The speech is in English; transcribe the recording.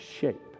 shape